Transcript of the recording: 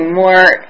more